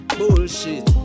bullshit